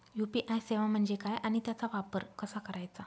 UPI सेवा म्हणजे काय आणि त्याचा वापर कसा करायचा?